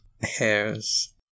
Hairs